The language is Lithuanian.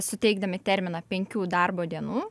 suteikdami terminą penkių darbo dienų